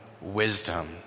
wisdom